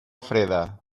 freda